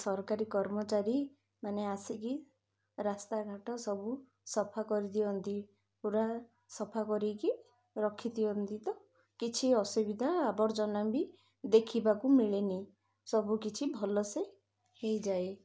ସରକାରୀ କର୍ମଚାରୀ ମାନେ ଆସିକି ରାସ୍ତାଘାଟ ସବୁ ସଫା କରିଦିଅନ୍ତି ପୁରା ସଫା କରିକି ରଖି ଦିଅନ୍ତି ତ କିଛି ଅସୁବିଧା ଆବର୍ଜନା ବି ଦେଖିବାକୁ ମିଳେନି ସବୁକିଛି ଭଲସେ ହେଇଯାଏ